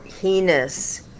heinous